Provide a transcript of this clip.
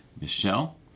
Michelle